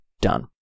Done